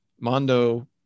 Mondo